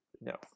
no